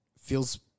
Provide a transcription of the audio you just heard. feels